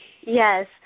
Yes